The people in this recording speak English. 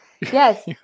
yes